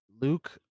Luke